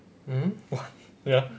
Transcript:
um wait ah